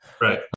Right